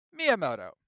Miyamoto